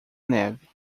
neve